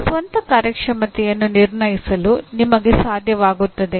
ನಿಮ್ಮ ಸ್ವಂತ ಕಾರ್ಯಕ್ಷಮತೆಯನ್ನು ನಿರ್ಣಯಿಸಲು ನಿಮಗೆ ಸಾಧ್ಯವಾಗುತ್ತದೆ